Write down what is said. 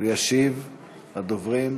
ישיב לדוברים.